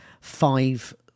five